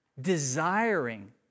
desiring